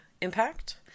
impact